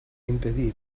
impedí